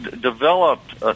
developed